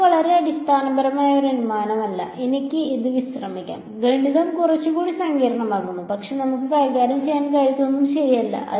ഇത് വളരെ അടിസ്ഥാനപരമായ ഒരു അനുമാനമല്ല എനിക്ക് ഇത് വിശ്രമിക്കാം ഗണിതം കുറച്ചുകൂടി സങ്കീർണ്ണമാകുന്നു പക്ഷേ നമുക്ക് കൈകാര്യം ചെയ്യാൻ കഴിയാത്തതൊന്നും ശരിയല്ല